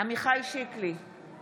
עמיחי שיקלי, אינו נוכח